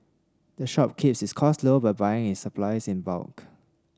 the shop keeps its cost low by buying its supplies in bulk